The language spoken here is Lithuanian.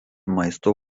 maisto